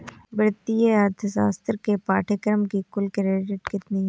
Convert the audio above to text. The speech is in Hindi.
वित्तीय अर्थशास्त्र के पाठ्यक्रम की कुल क्रेडिट कितनी है?